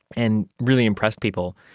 and really impressed people.